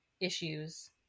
issues